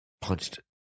punched